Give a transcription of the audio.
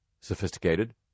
sophisticated